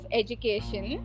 education